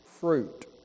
fruit